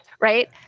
right